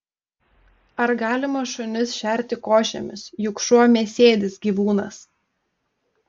ar galima šunis šerti košėmis juk šuo mėsėdis gyvūnas